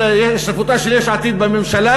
מהשתתפותה של יש עתיד בממשלה,